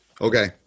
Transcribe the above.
Okay